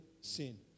sin